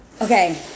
Okay